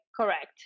Correct